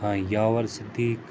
یاور صدیق